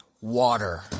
water